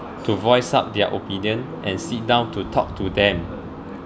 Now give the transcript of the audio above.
to voice out their opinion and sit down to talk to them